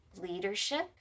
leadership